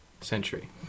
century